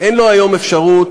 אין לו היום אפשרות,